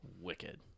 Wicked